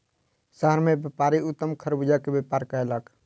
शहर मे व्यापारी उत्तम खरबूजा के व्यापार कयलक